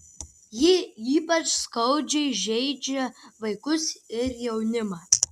ji ypač skaudžiai žeidžia vaikus ir jaunimą